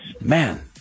Man